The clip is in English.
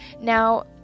now